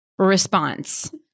response